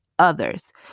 Others